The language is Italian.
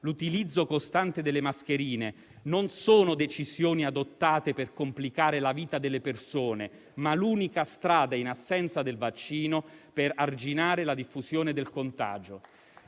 l'utilizzo costante delle mascherine, non sono decisioni adottate per complicare la vita delle persone, ma l'unica strada, in assenza del vaccino, per arginare la diffusione del contagio.